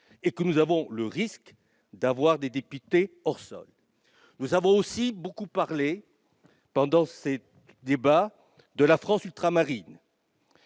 et que nous prenons le risque d'élire des députés hors sol. Nous avons aussi beaucoup parlé, pendant ces débats, de la France ultramarine.